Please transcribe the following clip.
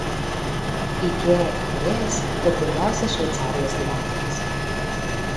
ikea įkūrėjas turtingiausias šveicarijos gyventojas